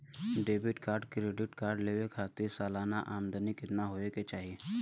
Debit और credit card लेवे के खातिर सलाना आमदनी कितना हो ये के चाही?